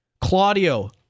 Claudio